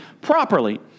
properly